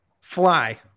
Fly